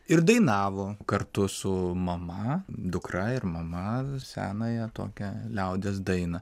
ir dainavo kartu su mama dukra ir mama senąją tokią liaudies dainą